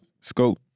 Scope